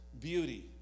beauty